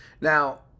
Now